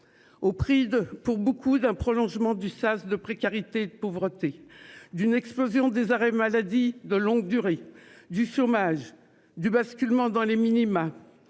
au prix, pour beaucoup, d'un prolongement du sas de précarité et de pauvreté, d'une explosion des arrêts maladie de longue durée, du chômage ou du basculement dans les minimas,